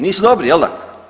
Nisu dobri, je l' da?